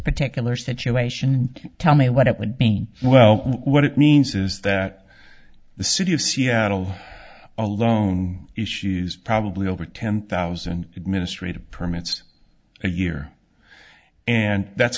particular situation tell me what it would be well what it means is that the city of seattle alone issues probably over ten thousand mistreated permits a year and that's